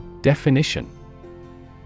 Definition